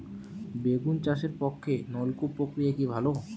বেগুন চাষের পক্ষে নলকূপ প্রক্রিয়া কি ভালো?